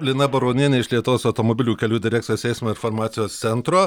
lina baronienė iš lietuvos automobilių kelių direkcijos eismo informacijos centro